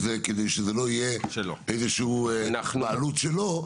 זה כדי שזו לא תהיה איזושהי בעלות שלו,